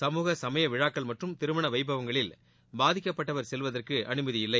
சமூக சமைய விழாக்கள் மற்றும் திருமண வைபவங்களில் பாதிக்கப்பட்டவர் செல்வதற்கு அமைதியில்லை